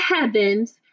heavens